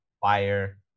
fire